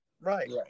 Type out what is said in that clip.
Right